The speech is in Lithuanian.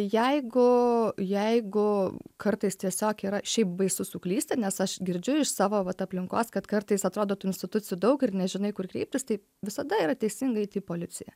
jeigu jeigu kartais tiesiog yra šiaip baisu suklysti nes aš girdžiu iš savo vat aplinkos kad kartais atrodo tų institucijų daug ir nežinai kur kreiptis tai visada yra teisinga eiti į policiją